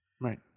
Right